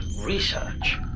research